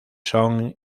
son